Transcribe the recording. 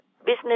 business